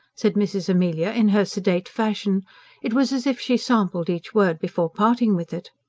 said mrs amelia in her sedate fashion it was as if she sampled each word before parting with it.